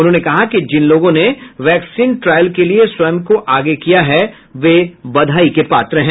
उन्होंने कहा कि जिन लोगों ने वैक्सीन ट्रायल के लिये स्वयं को आगे किया है वे बधाई के पात्र हैं